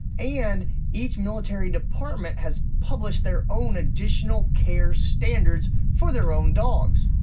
and each military department has published their own additional care standards for their own dogs.